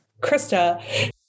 Krista